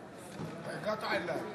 מצביע עפר שלח,